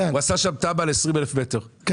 הוא עשה שם תב"ע ל-20,000 מטר,